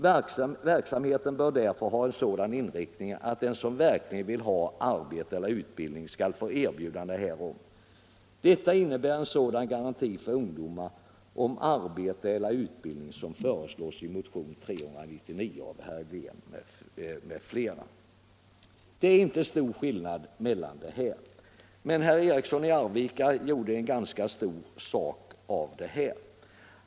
Verksamheten bör därför ha en sådan inriktning att den som verkligen vill ha arbete eller utbildning skall få erbjudande härom. Detta innebär en sådan garanti för ungdomar om arbete eller utbildning som föreslås i motionen 399 av herr Helén m.fl. .” Det är inte stor skillnad mellan ståndpunkterna härvidlag. Men herr Eriksson i Arvika gjorde en ganska stor sak av detta.